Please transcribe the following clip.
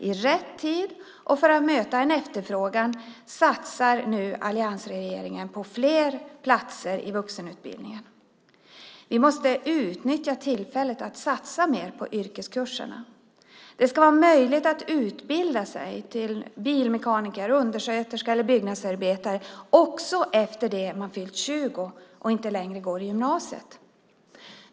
I rätt tid och för att möta en efterfrågan satsar nu alliansregeringen på fler platser i vuxenutbildningen. Vi måste utnyttja tillfället att satsa mer på yrkeskurserna. Det ska vara möjligt att utbilda sig till bilmekaniker, undersköterska eller byggnadsarbetare också efter det att man har fyllt 20 och inte längre går i gymnasiet.